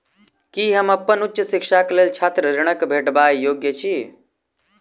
की हम अप्पन उच्च शिक्षाक लेल छात्र ऋणक भेटबाक योग्य छी?